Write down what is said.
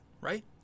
right